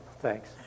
Thanks